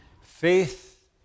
Faith